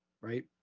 right